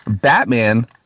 Batman